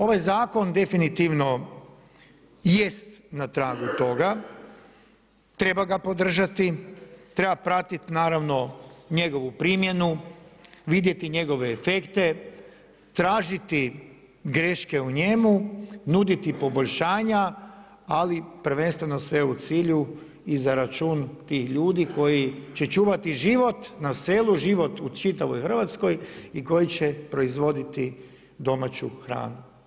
Ovaj zakon definitivno jest na tragu toga, treba ga podržati, treba pratiti naravno njegovu primjenu, vidjeti njegove efekte, tražiti greške u njemu, nuditi poboljšanja ali prvenstveno sve u cilju i za račun tih ljudi koji će čuvati život na selu, život u čitavoj Hrvatskoj i koji će proizvoditi domaću hranu.